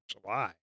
July